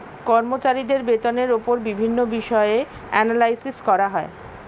কর্মচারীদের বেতনের উপর বিভিন্ন বিষয়ে অ্যানালাইসিস করা হয়